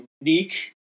unique